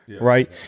right